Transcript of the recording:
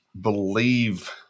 believe